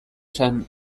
esan